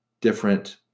different